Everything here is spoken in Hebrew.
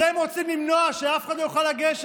אתם רוצים למנוע, שאף אחד לא יוכל לגשת,